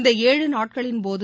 இந்த ஏழு நாட்களின்போது